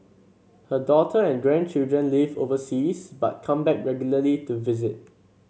her daughter and grandchildren live overseas but come back regularly to visit